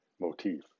motif